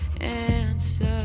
answer